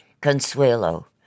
Consuelo